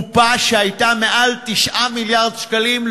קופה שהייתה מעל 9 מיליארד שקלים,